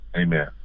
Amen